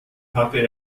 hatte